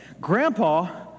Grandpa